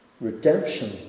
Redemption